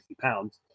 pounds